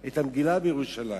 ירושלים, את המגילה בירושלים.